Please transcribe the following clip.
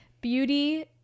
beauty